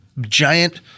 giant